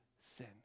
sin